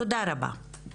תודה רבה.